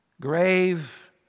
grave